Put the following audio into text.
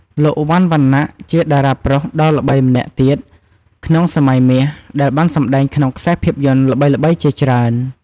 លោក វ៉ាន់ វណ្ណៈជាតារាប្រុសដ៏ល្បីម្នាក់ទៀតក្នុងសម័យមាស ដែលបានសម្ដែងក្នុងខ្សែភាពយន្តល្បីៗជាច្រើន។